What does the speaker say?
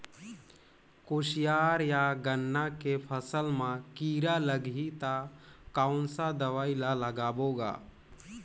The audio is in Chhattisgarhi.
कोशियार या गन्ना के फसल मा कीरा लगही ता कौन सा दवाई ला लगाबो गा?